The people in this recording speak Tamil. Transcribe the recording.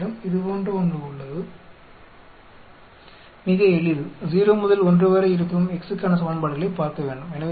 உங்களிடம் இது போன்ற ஒன்று உள்ளது மிக எளிது 0 முதல் 1 வரை இருக்கும் x க்கான சமன்பாடுகளை பார்க்கவேண்டும்